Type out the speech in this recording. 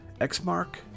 Xmark